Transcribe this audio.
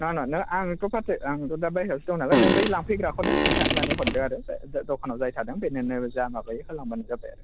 नाङा नाङा नों आंथ' फारसे आंथ' दा बाहेरायावसो दङ नालाय नों बै लांफैग्राखौनो खिन्थानानै हरदो आरो दखानाव जाय थादों बेनोनो जा माबायो होलांबानो जाबाय आरो